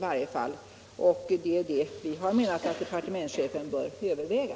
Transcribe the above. Det är det vi menar att departementschefen bör överväga.